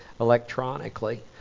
electronically